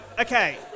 Okay